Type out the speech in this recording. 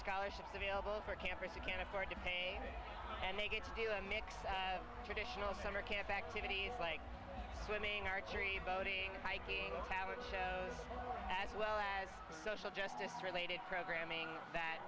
scholarships available for campers you can afford to pay and they get to do a mix as traditional summer camp activities like swimming archery boating hiking or cabbage as well as social justice related programming that